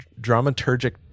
dramaturgic